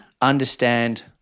understand